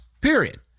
Period